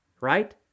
right